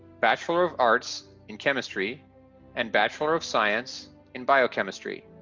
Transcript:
bachelor of arts in chemistry and bachelor of science in biochemistry.